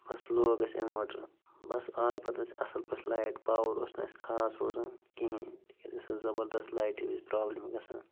بَس لوگ اَسہِ اِنوٲٹَر بَس آیہِ پَتہٕ اَسہِ اَصٕل پٲٹھۍ لایِٹ پاوَر اوس نہٕ اَسہِ خاص روزان کِہیٖنۍ تِکیٛازِ اَسہِ ٲس زبردس لایِٹِہ وِزِ پرٛابلِم گژھان